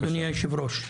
תודה אדוני היושב ראש,